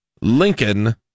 lincoln